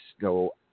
go